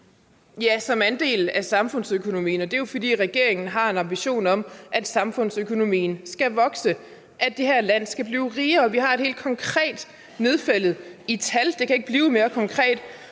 Ja, som en andel af samfundsøkonomien, og det er jo, fordi regeringen har en ambition om, at samfundsøkonomien skal vokse, at det her land skal blive rigere. Og vi har et helt konkret, nedfældet med tal – det kan ikke blive mere konkret